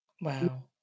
Wow